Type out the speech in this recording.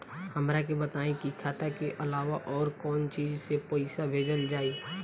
हमरा के बताई की खाता के अलावा और कौन चीज से पइसा भेजल जाई?